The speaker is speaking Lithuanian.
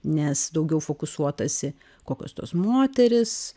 nes daugiau fokusuotasi kokios tos moterys